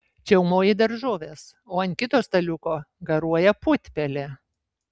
čiaumoji daržoves o ant kito staliuko garuoja putpelė